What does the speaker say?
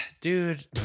dude